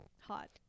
Hot